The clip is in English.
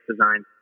design